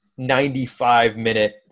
95-minute